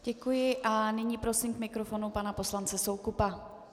Děkuji a nyní prosím k mikrofonu pana poslance Soukupa.